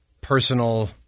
personal